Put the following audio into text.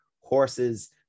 horses